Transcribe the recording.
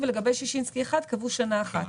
ולגבי ששינסקי 1 קבעו שנה אחת.